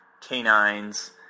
canines